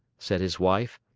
said his wife,